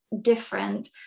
different